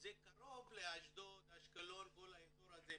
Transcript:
וזה קרוב לאשדוד, אשקלון, כל האזור הזה מרכז,